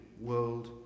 world